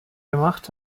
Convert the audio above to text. gemacht